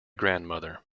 grandmother